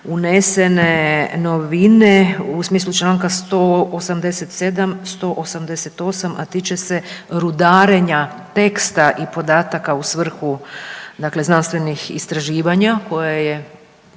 unesene novine u smislu čl. 187., 188., a tiče se rudarenja teksta i podataka u svrhu dakle znanstvenih istraživanja koje je